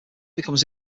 becomes